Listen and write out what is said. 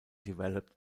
developed